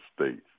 States